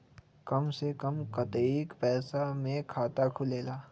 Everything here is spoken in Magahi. कम से कम कतेइक पैसा में खाता खुलेला?